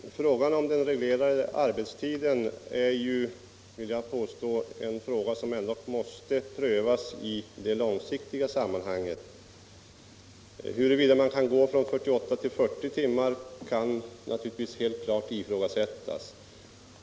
Herr talman! Frågan om den reglerade arbetstiden är, vill jag påstå, en fråga som måste prövas i det långsiktiga sammanhanget. Huruvida man kan gå ner från 48 till 40 timmar kan naturligtvis ifrågasättas.